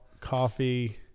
coffee